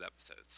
episodes